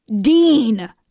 Dean